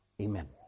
Amen